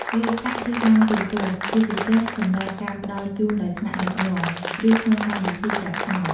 លុយកាក់ ឬប័ណ្ណទូទាត់ ជាពិសេសសម្រាប់ការផ្តល់ជូនដោយថ្នាក់ដឹកនាំ ឬក្នុងកម្មវិធីចាប់ឆ្នោត។